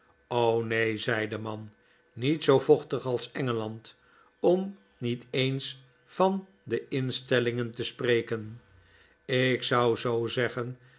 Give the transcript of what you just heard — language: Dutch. neen zei de man niet zoo vochtig als engeland om niet eens van de instellingen te spreken ik zou zoo zeggen